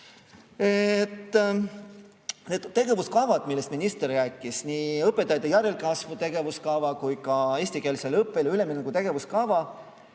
Neid tegevuskavasid, millest minister rääkis – nii õpetajate järelkasvu tegevuskava kui ka eestikeelsele õppele ülemineku tegevuskava